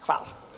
Hvala.